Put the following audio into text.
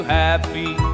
happy